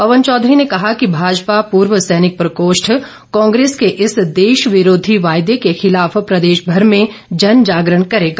पवन चौधरी ने कहा कि भाजपा पूर्व सैनिक प्रकोष्ठ कांग्रेस के इस देश विरोधी वायदे के खिलाफ प्रदेशभर में जन जागरण करेगा